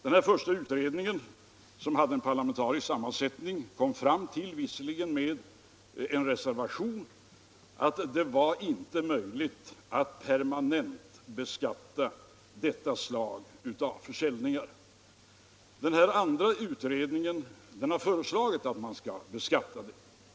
Den här första utredningen, som hade parlamentarisk sammansättning, kom fram till — visserligen med en reservation — att det inte var möjligt att permanent beskatta detta slag av försäljningar. Den andra utredningen har föreslagit att man skall beskatta sådana här försäljningar.